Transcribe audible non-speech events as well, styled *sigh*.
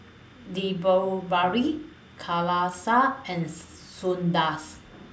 *unintelligible* and *unintelligible*